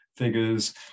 figures